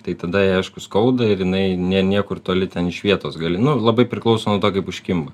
tai tada jai aišku skauda ir jinai ne niekur toli ten iš vietos galinu labai priklauso nuo to kaip užkimba